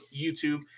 YouTube